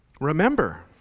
Remember